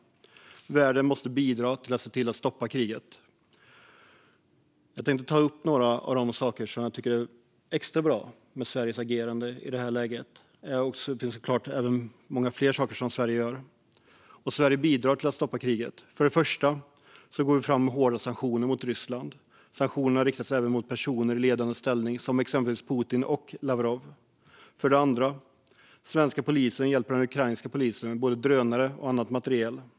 Världen måste bidra till att stoppa kriget. Jag vill ta upp några saker som jag tycker är extra bra med Sveriges agerande i det här läget, även om Sverige såklart gör många fler saker för att bidra till att stoppa kriget. För det första går vi fram med hårda sanktioner mot Ryssland. Sanktionerna riktas även mot personer i ledande ställning, exempelvis Putin och Lavrov. För det andra hjälper den svenska polisen den ukrainska polisen med både drönare och annat material.